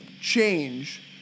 change